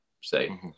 Say